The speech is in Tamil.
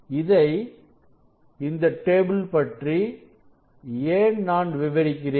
இதை இந்த டேபிள் பற்றி ஏன் நான் விவரிக்கிறேன்